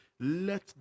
let